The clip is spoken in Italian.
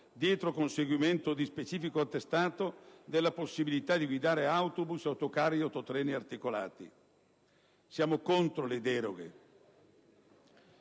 dietro conseguimento di specifico attestato, della possibilità di guidare autobus, autocarri, autotreni, autoarticolati; siamo contro le deroghe.